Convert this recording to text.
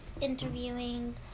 interviewing